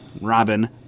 Robin